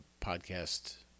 podcast